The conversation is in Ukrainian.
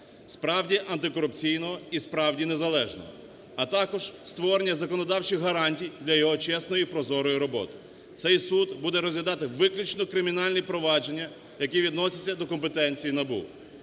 справді антикорупційного і справді незалежного, а також створення законодавчих гарантій для його чесної і прозорої роботи. Цей суд буде розглядати виключно кримінальні провадження, які відносяться до компетенції НАБУ.